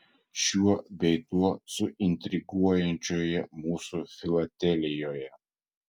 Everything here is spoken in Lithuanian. šiuo bei tuo suintriguojančioje mūsų filatelijoje